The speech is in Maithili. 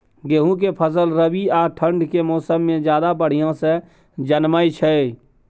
गेहूं के फसल रबी आ ठंड के मौसम में ज्यादा बढ़िया से जन्में छै?